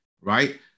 right